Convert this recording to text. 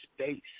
space